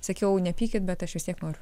sakiau nepykit bet aš vis tiek noriu